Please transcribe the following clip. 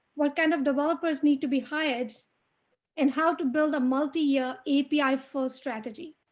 what kind of developers need to be hired and how to build a multi year api for strategy.